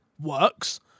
works